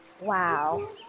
Wow